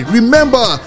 Remember